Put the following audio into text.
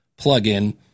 plugin